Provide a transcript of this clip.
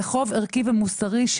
זה חוב ערכי ומוסרי,